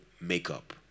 makeup